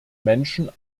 menschen